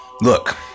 Look